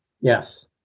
Yes